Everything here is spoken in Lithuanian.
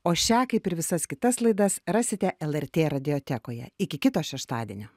o šią kaip ir visas kitas laidas rasite lrt radiotekoje iki kito šeštadienio